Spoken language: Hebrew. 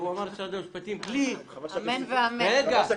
אמן ואמן.